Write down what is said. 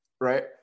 right